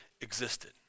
existed